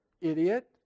idiot